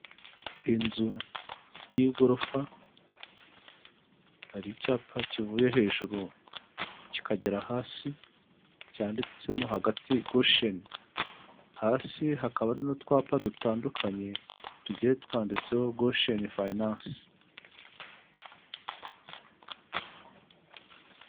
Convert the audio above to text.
Inzu y'igorofa, har'icyapa kivuye hejuru kikagera hasi, cyanditsemo hagati gosheni. Hasi hakaba hari utwapa dutandukanye tugiye twanditseho gosheni fayinansi.